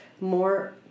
More